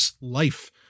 life